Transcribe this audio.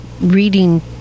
reading